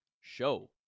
show